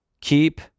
keep